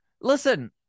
listen